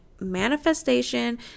manifestation